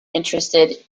interested